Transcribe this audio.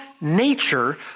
nature